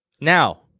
Now